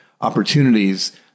opportunities